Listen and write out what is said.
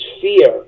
fear